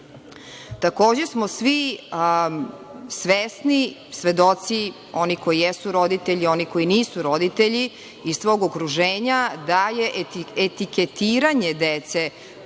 smo svi svesni, svedoci, oni koji jesu roditelji, oni koji nisu roditelji iz svog okruženja, da je etiketiranje dece